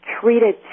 treated